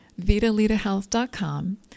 vitalitahealth.com